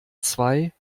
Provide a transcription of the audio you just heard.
zwei